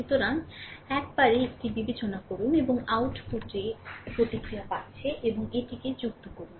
সুতরাং একবারে একটি বিবেচনা করুন এবং আউটপুট প্রতিক্রিয়া পাচ্ছে এবং এটিকে যুক্ত করুন